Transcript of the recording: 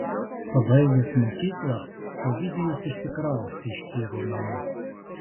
pabaigęs mokyklą ovidijus išsikraustė iš tėvo namų